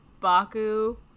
baku